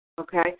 Okay